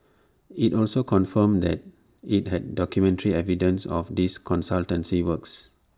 IT also confirmed that IT had documentary evidence of these consultancy works